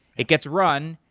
it gets run,